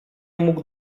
mógł